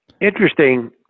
Interesting